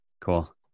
cool